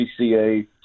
CCA